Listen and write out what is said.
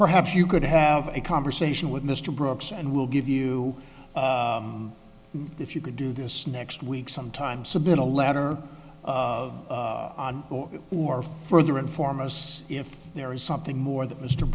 perhaps you could have a conversation with mr brooks and we'll give you if you could do this next week sometime submit a letter of on it or further inform us if there is something more that mr